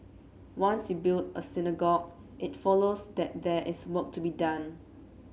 once you build a synagogue it follows that there is work to be done